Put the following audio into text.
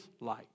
light